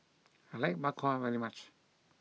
I like Bak Kwa very much